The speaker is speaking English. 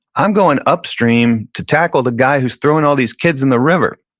i'm going upstream to tackle the guy who's throwing all these kids in the river.